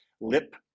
lip